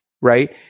right